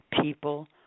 people